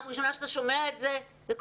ראשונה שאתה שומע את זה?